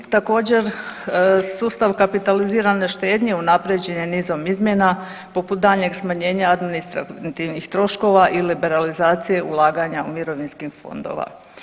Također, sustav kapitalizirane štednje unaprjeđen je nizom izmjena, poput daljnjeg smanjenja administrativnih troškova i liberalizacije ulaganja u mirovinskih fondova.